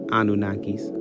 Anunnakis